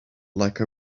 like